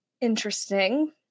Interesting